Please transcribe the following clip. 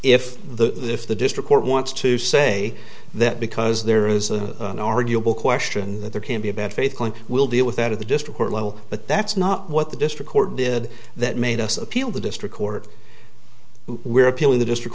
if the if the district court wants to say that because there is a an arguable question that there can be a bad faith we'll deal with that at the district court level but that's not what the district court did that made us appeal the district court we're appealing the district